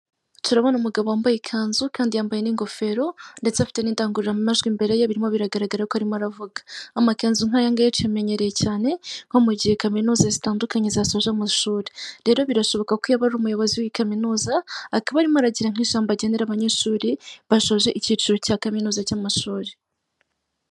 Turabona umugabo wambaye ikanzu kandi yambaye n'ingofero, ndetse afite n'indangururamajwi imbere ye birimo biragaragara ko arimo aravuga. Amakanzu nkayangaya tuyamenyereye cyane nko mu gihe kaminuza zitandukanye zasoje amashuri. Rero birashoboka ko yaba ari umuyobozi w'iyi kaminuza akaba arimo aragira nk'ijambo agenera abanyeshuri bashoje icyiciro cya kaminuza cy'amashuri.